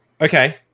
okay